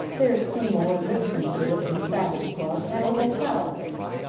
there's seymour and richmond here, from the savage club, and a whole crowd of us.